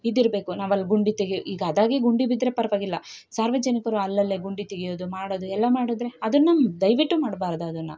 ಇದು ಇರಬೇಕು ನಾವಲ್ಲಿ ಗುಂಡಿ ತೆಗಿಯೋ ಈಗ ಅದಾಗಿ ಗುಂಡಿ ಬಿದ್ರೆ ಪರವಾಗಿಲ್ಲ ಸಾರ್ವಜನಿಕರು ಅಲ್ಲಲ್ಲೇ ಗುಂಡಿ ತೆಗಿಯೋದು ಮಾಡೋದು ಎಲ್ಲ ಮಾಡಿದ್ರೆ ಅದು ನಮ್ಮ ದಯವಿಟ್ಟು ಮಡ್ಬಾರ್ದು ಅದನ್ನ